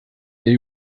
der